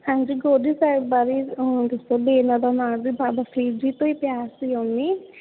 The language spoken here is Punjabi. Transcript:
ਹਾਂਜੀ ਗੋਦੜੀ ਸਾਹਿਬ ਬਾਰੇ ਦੱਸੋ ਵੀ ਇਨ੍ਹਾਂ ਦਾ ਨਾਂ ਵੀ ਬਾਬਾ ਫ਼ਰੀਦ ਜੀ ਤੋਂ ਹੀ ਪਿਆ ਸੀ ਓਮੀ